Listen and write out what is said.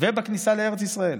ובכניסה לארץ ישראל.